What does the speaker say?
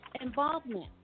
Involvement